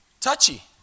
touchy